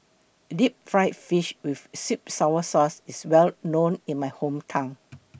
Deep Fried Fish with Sweet Sour Sauce IS Well known in My Hometown